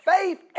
faith